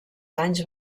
danys